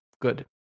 good